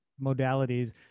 modalities